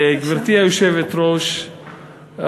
גברתי היושבת-ראש,